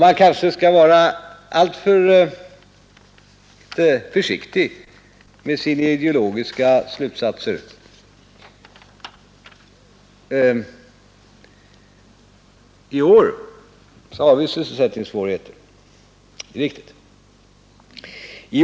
Man kanske skall vara försiktig med sina ideologiska slutsatser. I år har vi sysselsättningsvårigheter. Det är riktigt.